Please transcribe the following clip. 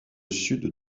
sud